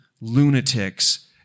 lunatics